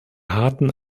harten